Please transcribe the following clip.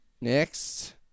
Next